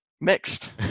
mixed